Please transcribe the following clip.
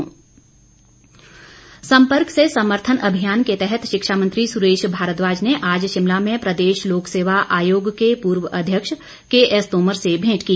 सुरेश भारद्वाज सम्पर्क से समर्थन अभियान के तहत शिक्षामंत्री सुरेश भारद्वाज ने आज शिमला में प्रदेश लोकसेवा आयोग के पूर्व अध्यक्ष के एस तोमर से मेंट की